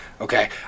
okay